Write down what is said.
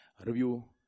Review